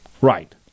Right